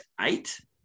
eight